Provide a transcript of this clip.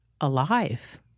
alive